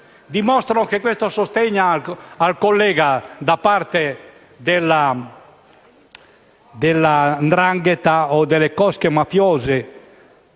dimostrano che questo sostegno al collega da parte della 'ndrangheta o delle cosche mafiose